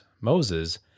moses